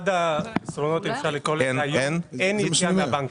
אין יציאה מהבנקים.